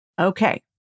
Okay